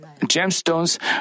gemstones